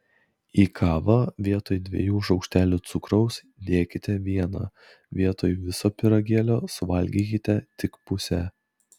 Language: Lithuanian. į kavą vietoj dviejų šaukštelių cukraus dėkite vieną vietoj viso pyragėlio suvalgykite tik pusę